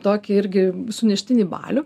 tokį irgi suneštinį balių